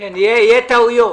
כן, יהיו טעויות.